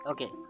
Okay